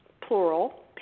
plural